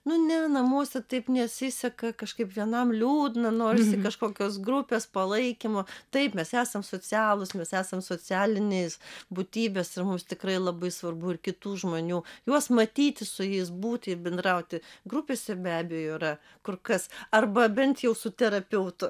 nu ne namuose taip nesiseka kažkaip vienam liūdna norisi kažkokios grupės palaikymo taip mes esam socialūs mes esam socialinės būtybės ir mums tikrai labai svarbu ir kitų žmonių juos matyti su jais būti ir bendrauti grupėse be abejo yra kur kas arba bent jau su terapeutu